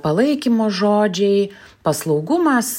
palaikymo žodžiai paslaugumas